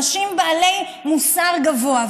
אנשים בעלי מוסר גבוה.